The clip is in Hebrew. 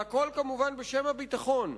והכול, כמובן, בשם הביטחון.